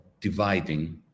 dividing